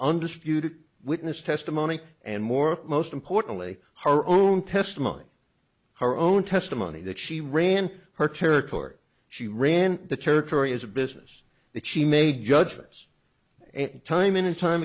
undisputed witness testimony and more most importantly her own test mind her own testimony that she ran her territory she ran the territory as a business that she made judgments and time and time